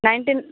nineteen